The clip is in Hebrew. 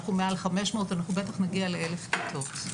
אנחנו מעל 500. אנחנו בטח נגיע ל-1,000 כיתות.